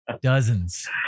dozens